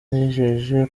yijeje